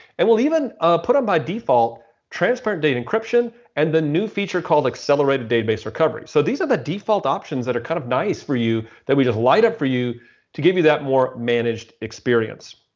and we'll even put on by default transparent data encryption and the new feature called accelerated database recovery. so these are the default options that are kind of nice for you that we did light up for you to give you that more managed experience.